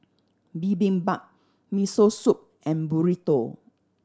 Bibimbap Miso Soup and Burrito